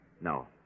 No